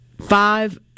five